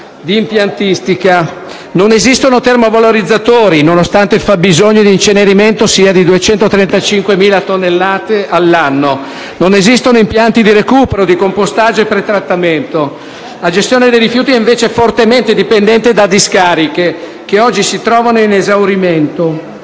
di impiantistica. Non esistono termovalorizzatori, nonostante il fabbisogno di incenerimento sia di 235.000 tonnellate all'anno, e non esistono impianti di recupero, compostaggio e pretrattamento. La gestione dei rifiuti è invece fortemente dipendente da discariche, che oggi si trovano in esaurimento,